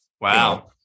wow